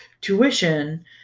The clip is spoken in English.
tuition